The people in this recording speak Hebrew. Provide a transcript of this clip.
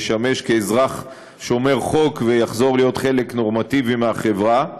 אזרחים שומרי חוק ויחזרו להיות חלק נורמטיבי מהחברה.